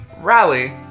rally